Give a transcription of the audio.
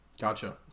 Gotcha